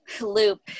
loop